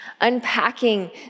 unpacking